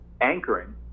anchoring